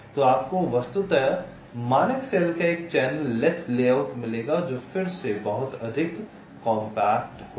तो आपको वस्तुतः मानक सेल का एक चैनल लैस लेआउट मिलेगा जो फिर से बहुत अधिक कॉम्पैक्ट होगा